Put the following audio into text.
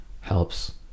helps